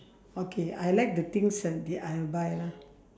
okay I like the things I I'll buy lah